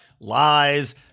lies